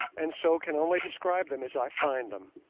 and so can only describe them as i find them,